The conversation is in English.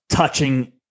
Touching